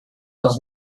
als